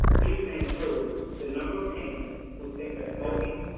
these may include the number of teens who think that smoking,